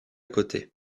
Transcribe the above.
côté